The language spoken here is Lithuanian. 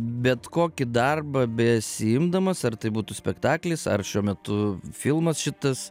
bet kokį darbą besiimdamas ar tai būtų spektaklis ar šiuo metu filmas šitas